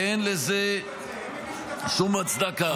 ואין לזה שום הצדקה.